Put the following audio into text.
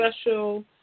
special